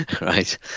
Right